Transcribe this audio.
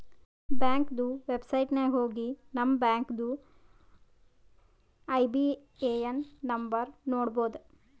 ಬ್ಯಾಂಕ್ದು ವೆಬ್ಸೈಟ್ ನಾಗ್ ಹೋಗಿ ನಮ್ ಬ್ಯಾಂಕ್ದು ಐ.ಬಿ.ಎ.ಎನ್ ನಂಬರ್ ನೋಡ್ಬೋದ್